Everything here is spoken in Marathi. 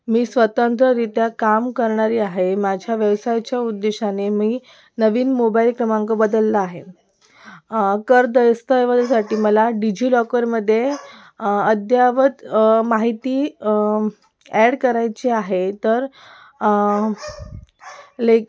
मी स्वतंत्ररित्या काम करणारी आहे माझ्या व्यवसायच्या उद्देशाने मी नवीन मोबाइल क्रमांक बदलला आहे कर दैस्तावेळसाठी मला डीजी लॉकरमध्ये अद्ययावत माहिती ॲड करायची आहे तर लेक